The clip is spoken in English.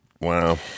Wow